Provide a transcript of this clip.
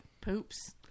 poops